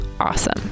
awesome